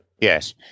Yes